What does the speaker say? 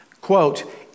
Quote